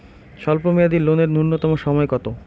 স্বল্প মেয়াদী লোন এর নূন্যতম সময় কতো?